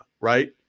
right